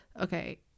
Okay